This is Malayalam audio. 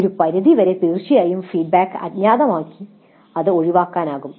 ഒരു പരിധിവരെ തീർച്ചയായും ഫീഡ്ബാക്ക് അജ്ഞാതമാക്കി ഇത് ഒഴിവാക്കാനാകും